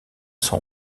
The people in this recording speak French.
son